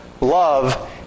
love